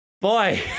boy